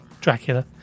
Dracula